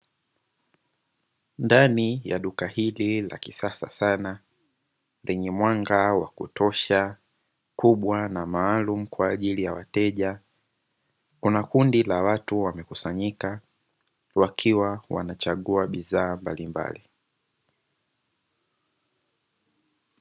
Ndani ya duka hili la kisasa sana lenye mwanga wa kutosha, kubwa na maalum kwaajili ya wateja, kuna kundi la watu wamekusanyika wakiwa wanachagua bidhaa mbalimbali.